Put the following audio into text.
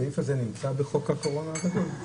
הסעיף הזה נמצא בחוק הקורונה הגדול?